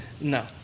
no